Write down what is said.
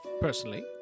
personally